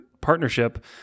partnership